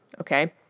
Okay